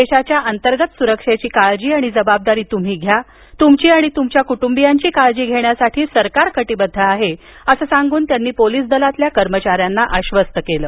देशाच्या अंतर्गत सुरक्षेघी काळजी आणि जबाबदारी तुम्ही घ्या तुमची आणि तुमच्या कुटुंबियांची काळजी घेण्यासाठी सरकार कटिबद्ध आहे असं सांगून त्यांनी पोलीस दलातील कर्मचाऱ्यांना आश्वस्त केलं